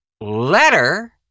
letter